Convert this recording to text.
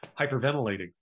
hyperventilating